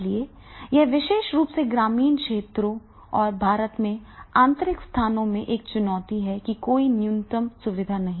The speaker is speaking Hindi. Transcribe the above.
इसलिए यह विशेष रूप से ग्रामीण क्षेत्रों और भारत में आंतरिक स्थानों में एक चुनौती है कि कोई न्यूनतम सुविधा नहीं है